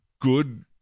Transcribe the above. good